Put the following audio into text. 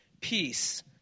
...peace